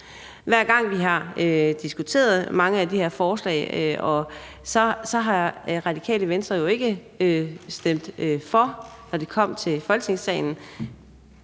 Hver gang vi har diskuteret mange af de her forslag, har Radikale Venstre jo ikke stemt for, når de er kommet i Folketingssalen.